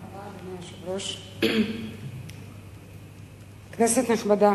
אדוני היושב-ראש, תודה רבה, כנסת נכבדה,